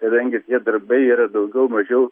kadangi tie darbai yra daugiau mažiau